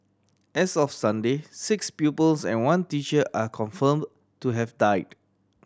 as of Sunday six pupils and one teacher are confirm to have died